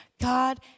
God